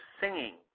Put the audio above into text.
singing